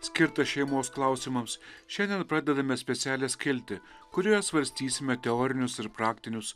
skirtą šeimos klausimams šiandien pradedame specialią skiltį kurioje svarstysime teorinius ir praktinius